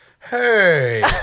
hey